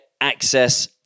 access